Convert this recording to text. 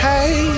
Hey